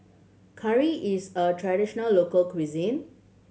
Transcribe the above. curry is a traditional local cuisine